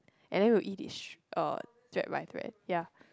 and then we will eat it str~ uh thread by thread ya